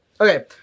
Okay